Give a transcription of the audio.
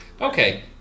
Okay